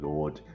Lord